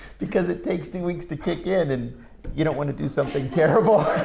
because it takes two weeks to kick in and you don't want to do something terrible.